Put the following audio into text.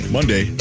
Monday